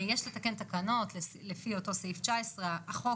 יש לתקן תקנות לפי אותו סעיף 19. החוק